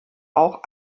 auch